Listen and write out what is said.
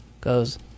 goes